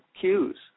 cues